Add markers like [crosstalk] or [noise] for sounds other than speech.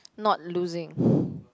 not losing [breath]